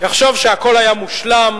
יחשוב שהכול היה מושלם,